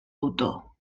autor